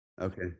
Okay